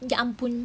ya ampun